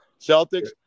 Celtics